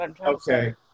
Okay